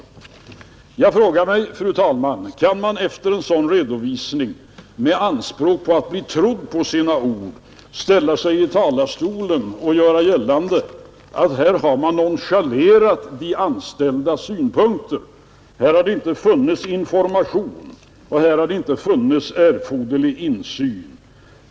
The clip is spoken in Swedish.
Jag frågar mig, fru talman: Kan man efter en sådan redovisning, med anspråk på att bli trodd på sina ord, ställa sig i talarstolen och göra gällande att här har de anställdas synpunkter nonchalerats, här har det inte getts information och här har det inte varit erforderlig insyn?